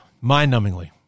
mind-numbingly